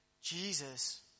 Jesus